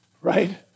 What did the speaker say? right